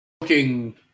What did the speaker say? Looking